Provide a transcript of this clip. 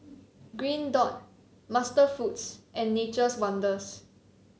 Green Dot MasterFoods and Nature's Wonders